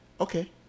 Okay